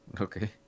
okay